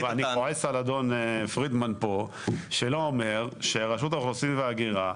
כועס על אדון פרידמן פה שלא אומר שרשות האוכלוסין וההגירה,